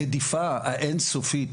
הרדיפה האין סופית